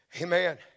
Amen